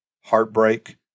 heartbreak